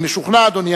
אני משוכנע, אדוני